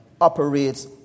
operates